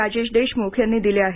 राजेश देशमुख यांनी दिले आहेत